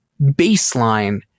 baseline